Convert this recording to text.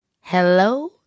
Hello